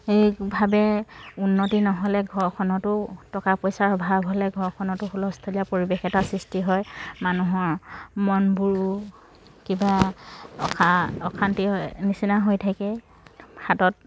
সেইভাৱে উন্নতি নহ'লে ঘৰখনতো টকা পইচাৰ অভাৱ হ'লে ঘৰখনতো হুলস্থুলীয়া পৰিৱেশ এটাৰ সৃষ্টি হয় মানুহৰ মনবোৰো কিবা অসা অশান্তি নিচিনা হৈ থাকে হাতত